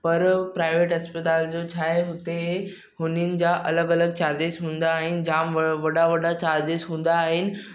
पर प्राइवेट अस्पताल जो छाहे उते हुननि जा अलॻि अलॻि चार्जीस हूंदा आहिनि जामु व वॾा वॾा चार्जीस हूंदा आहिनि